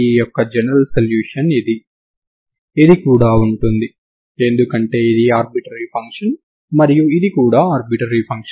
uxtdx ని పొందుతారు దీనినే మీరు కలిగి ఉన్నారు సరేనా